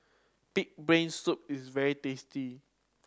pig brain soup is very tasty